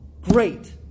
Great